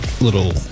little